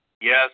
Yes